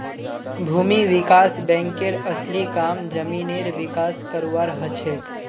भूमि विकास बैंकेर असली काम जमीनेर विकास करवार हछेक